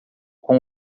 com